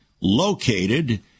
located